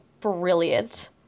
brilliant